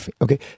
Okay